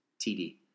TD